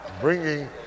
bringing